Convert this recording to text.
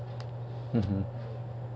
mmhmm